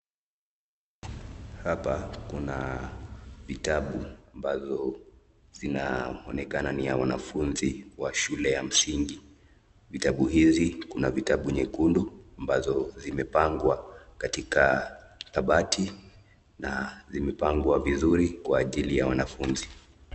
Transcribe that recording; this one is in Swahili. Hapa kuna vitabu ambazo zinaonekana ni ya wanafunzi wa shule ya msingi, vitabu hizi kuna vitabu nyekundu ambazo zimepangwa katika kabati na imepangwa vizuri kwa ajili ya wanafunzi.